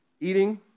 eating